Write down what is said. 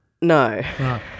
No